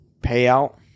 payout